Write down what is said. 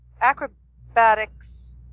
Acrobatics